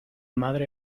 madre